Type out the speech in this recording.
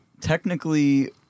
technically